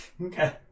Okay